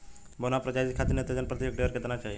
बौना प्रजाति खातिर नेत्रजन प्रति हेक्टेयर केतना चाही?